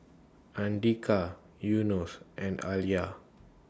Andika Yunos and Alya